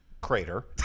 crater